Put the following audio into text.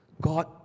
God